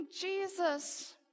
Jesus